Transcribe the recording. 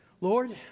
Lord